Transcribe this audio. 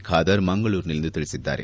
ಖಾದರ್ ಮಂಗಳೂರಿನಲ್ಲಿಂದು ತಿಳಿಸಿದ್ದಾರೆ